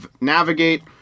navigate